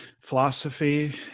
philosophy